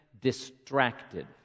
distracted